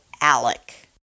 ALEC